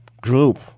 group